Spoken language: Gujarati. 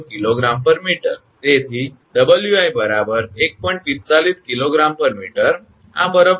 45 𝐾𝑔 𝑚 આ બરફનું વજન છે